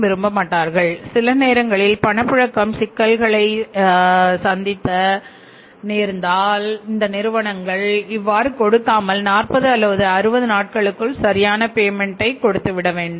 விரும்பமாட்டார்கள் சில நேரங்களில் பணப்புழக்கம் சிக்கல்களை நிறுவனம் சந்திக்க நேர்ந்தால் இவ்வாறு கொடுக்காமல் 40 அல்லது 60 நாட்களுக்குள் சரியான பேமெண்ட் கொடுத்துவிடவேண்டும்